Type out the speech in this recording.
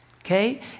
Okay